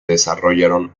desarrollaron